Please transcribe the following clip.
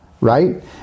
right